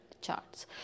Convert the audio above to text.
charts